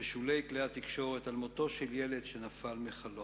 בשולי כלי התקשורת על מותו של ילד שנפל מחלון,